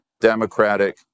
democratic